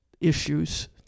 issues